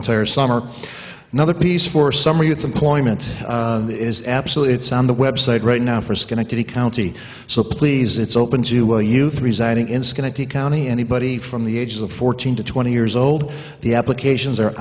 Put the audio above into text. entire summer another piece for summer youth employment is absolutely it's on the website right now for schenectady county so please it's open to a youth residing in schenectady county anybody from the age of fourteen to twenty years old the applications are